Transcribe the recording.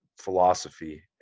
philosophy